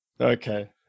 Okay